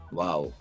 wow